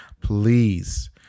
please